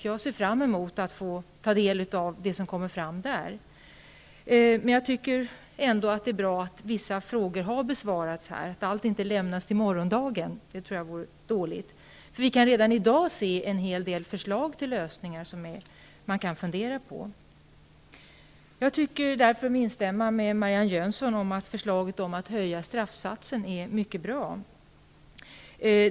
Jag ser fram emot att få ta del av det som kommer fram där, men jag tycker ändå att det är bra att vissa frågor har besvarats här. Att lämna allt till morgondagen tror jag vore dåligt. Det finns redan i dag en hel del förslag till lösningar att fundera på. Jag instämmer med Marianne Jönsson i att förslaget om att höja straffsatsen är mycket bra.